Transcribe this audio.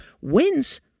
wins